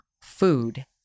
food